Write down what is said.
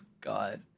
God